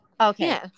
Okay